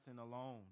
alone